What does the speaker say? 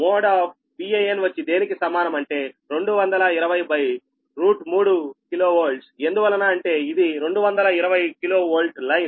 mode of Van వచ్చి దేనికి సమానం అంటే 2203KV ఎందువలన అంటే ఇది 220 కిలో వోల్ట్ లైన్